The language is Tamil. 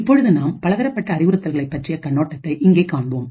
இப்பொழுது நாம் பலதரப்பட்ட அறிவுறுத்தல்களை பற்றிய கண்ணோட்டத்தை இங்கேகாண்போம்